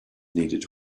needed